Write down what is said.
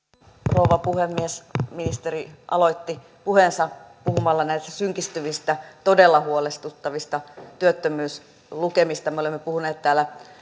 rouva puhemies ministeri aloitti puheensa puhumalla näistä synkistyvistä todella huolestuttavista työttömyyslukemista me olemme puhuneet täällä